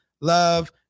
love